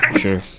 Sure